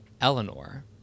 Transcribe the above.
Eleanor